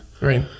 right